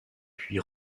puis